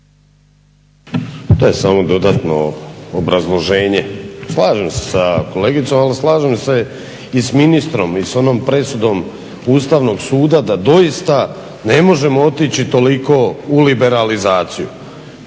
To je samo dodatno obrazloženje. Slažem se s kolegicom ali slažem se i sa ministrom i s onom presudom Ustavnog suda da doista ne možemo otići toliko u liberalizaciju.